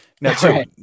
now